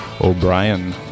O'Brien